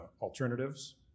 alternatives